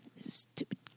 Stupid